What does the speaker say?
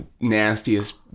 nastiest